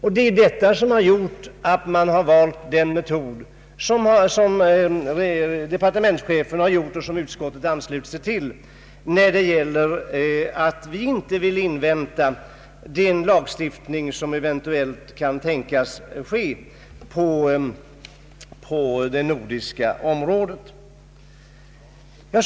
Det är detta som avgjort departmentschefens val av metod, som utskottet har anslutit sig till, när vi inte velat invänta den lagstiftning som eventuellt kan komma till stånd i de övriga nordiska länderna.